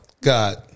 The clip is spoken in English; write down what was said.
God